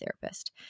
therapist